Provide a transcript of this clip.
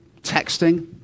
Texting